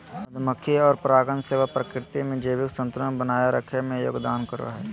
मधुमक्खी और परागण सेवा प्रकृति में जैविक संतुलन बनाए रखे में योगदान करो हइ